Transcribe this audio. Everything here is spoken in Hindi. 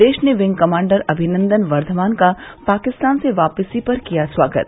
देश ने विंग कमाण्डर अभिनंदन वर्धमान का पाकिस्तान से वापसी पर किया स्वागत